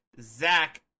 Zach